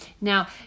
Now